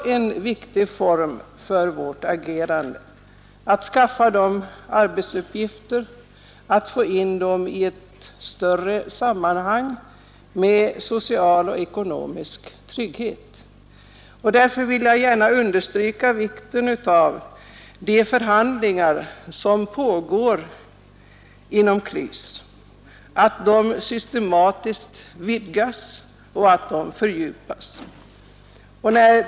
En viktig uppgift för vårt agerande är ju också att skaffa dem arbetsuppgifter, att få in dem i ett större sammanhang med social och ekonomisk trygghet. Därför vill jag gärna understryka vikten av att de förhandlingar som pågår inom KLYS systematiskt vidgas och fördjupas.